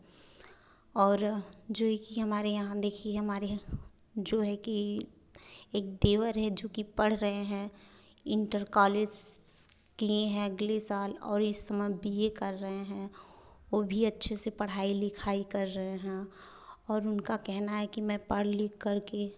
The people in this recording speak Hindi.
और जो है की हमारे यहाँ देखिए हमारे यहाँ जो है कि एक देवर हैं जो कि पढ़ रहे हैं इंटर कॉलेज किए हैं अगले साल और इस समय बी ए कर रहे हैं वह भी अच्छे से पढ़ाई लिखाई कर रहे हैं और उनका कहना है कि मैं पढ़ लिख करके